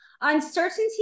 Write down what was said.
Uncertainty